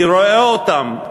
אני רואה אותם,